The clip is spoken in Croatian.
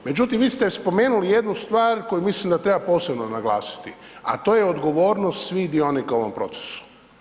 Međutim vi ste spomenuli jednu stvar koju mislim da treba posebno naglasiti a to je odgovornost svih dionika u ovom procesu.